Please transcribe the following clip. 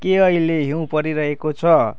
के अहिले हिउँ परिरहेको छ